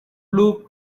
blue